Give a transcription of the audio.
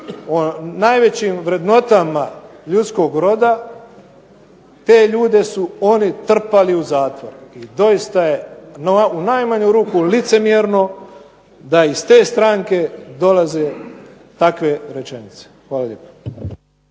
najvećim vrednotama ljudskog roda te ljude su oni trpali u zatvor. Doista je u najmanju ruku licemjerno da iz te stranke dolaze takve rečenice. Hvala lijepa.